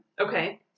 Okay